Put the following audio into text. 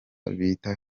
bita